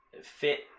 fit